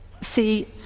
See